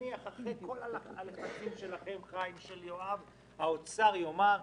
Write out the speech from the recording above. נניח שאחרי כל הלחצים שלכם ושל יואב האוצר יאמר: